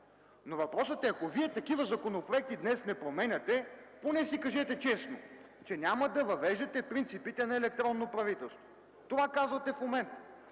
Въпросът е, ако Вие такива законопроекти днес не променяте, поне си кажете честно, че няма да въвеждате принципите на електронно правителство!? Това казвате в момента.